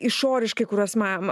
išoriškai kuriuos mama